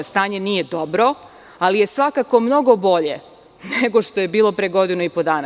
Stanje nije dobro, ali je svakako mnogo bolje nego što je bilo pre godinu i po dana.